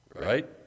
right